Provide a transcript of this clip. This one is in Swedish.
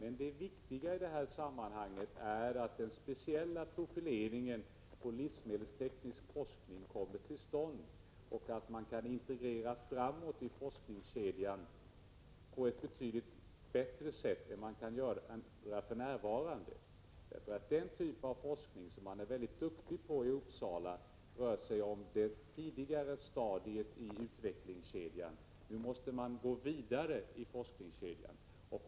Men det viktiga i detta sammanhang är att den speciella profileringen på en livsmedelsteknisk forskning kommer till stånd och att man kan så att säga integrera framåt i forskningskedjan betydligt bättre än man för närvarande kan göra. Den typ av forskning som man i Uppsala är väldigt duktig på rör ju ett tidigare stadium i utvecklingskedjan. Nu måste man gå vidare med denna.